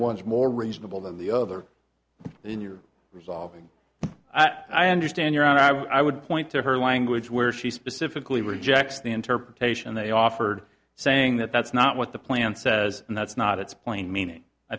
was more reasonable than the other in your resolving i understand your honor i would point to her language where she specifically rejects the interpretation they offered saying that that's not what the plan says and that's not it's plain meaning i